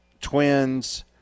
Twins